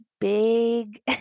Big